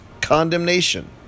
condemnation